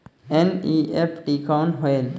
NEFT कौन होएल?